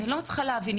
אני לא מצליחה להבין.